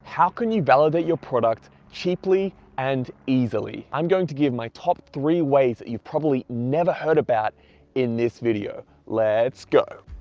how can you validate your product cheaply and easily? i'm going to give my top three ways that you've probably never heard about in this video. let's go.